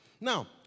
Now